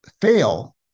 fail